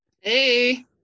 Hey